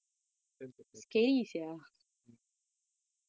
damn pathetic ya